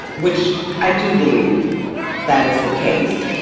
which i do believe that is the case.